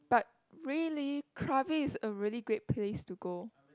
but really Krabi is a really great place to go